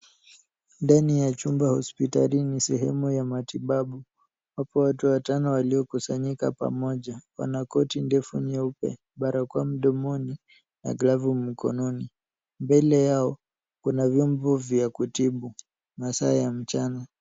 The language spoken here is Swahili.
Ndani ya chumba hospitalini sehemu ya matibabu, wapo watu watano waliokusanyika pamoja. Wana koti ndefu nyeupe , barakoa mdomoni na glavu mkononi. Mbele yao, kuna vyombo vya kutibu. Masaa ya mchana.